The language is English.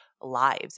lives